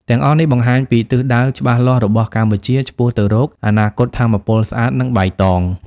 ទាំងអស់នេះបង្ហាញពីទិសដៅច្បាស់លាស់របស់កម្ពុជាឆ្ពោះទៅរកអនាគតថាមពលស្អាត និងបៃតង។